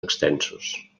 extensos